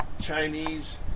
Chinese